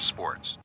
Sports